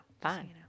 fine